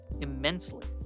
immensely